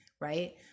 right